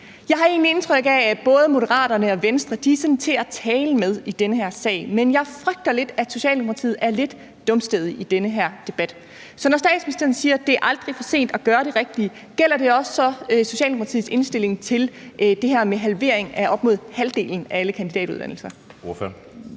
Jeg har egentlig indtryk af, at både Moderaterne og Venstre sådan er til at tale med i den her sag, men jeg frygter lidt, at Socialdemokratiet er lidt dumstædige i den her debat. Så når statsministeren siger, at det aldrig er for sent at gøre det rigtige, gælder det så også Socialdemokratiets indstilling til det her med en halvering af op mod halvdelen af alle kandidatuddannelser?